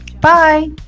bye